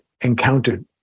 encountered